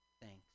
thanks